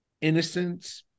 innocence